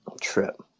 trip